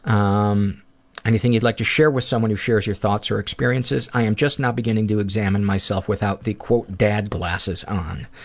um anything you'd like to share with someone who shares your thoughts or experiences? i am just now beginning to examine myself without the dad glasses on.